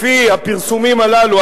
לפי הפרסומים הללו,